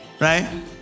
right